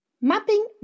Mapping